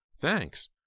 Thanks